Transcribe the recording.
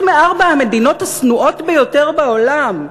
מארבע המדינות השנואות ביותר בעולם.